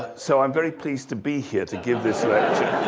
so i am very pleased to be here to give this lecture,